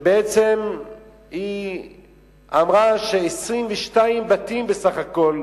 שבעצם אמרה ש-22 בתים בסך הכול,